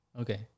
okay